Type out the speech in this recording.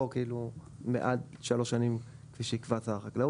או עד שלוש שנים כפי שיקבע שר החקלאות.